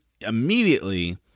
immediately